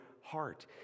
heart